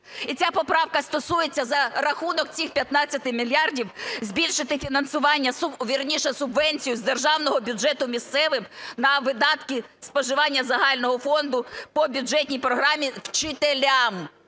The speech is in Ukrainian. І ця поправка стосується за рахунок цих 15 мільярдів збільшити фінансування, вірніше, субвенцію з державного бюджету місцевим на видатки споживання загального фонду по бюджетній програмі вчителям.